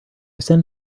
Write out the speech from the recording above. send